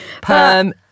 Perm